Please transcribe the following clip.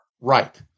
right